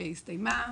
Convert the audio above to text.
שהסתיימה,